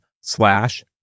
slash